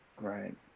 Right